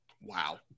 Wow